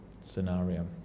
scenario